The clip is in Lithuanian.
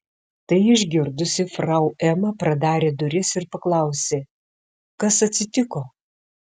tai užgirdusi frau ema pradarė duris ir paklausė kas atsitiko